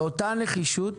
באותה נחישות